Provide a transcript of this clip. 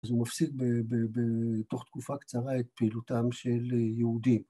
‫אז הוא מפסיק בתוך תקופה קצרה ‫את פעילותם של יהודים.